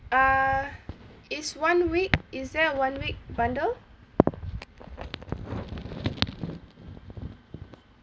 err is one week is there a one week bundle